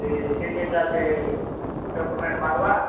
ଏଖେନ୍ ଯେନ୍ଟା ଅଛେ ସେ ଡ଼କ୍ୟୁମେଣ୍ଟ ମାଗ୍ବା